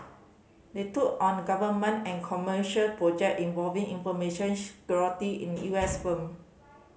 they took on government and commercial project involving information security in U S firm